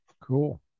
Cool